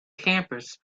campus